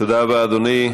תודה רבה, אדוני.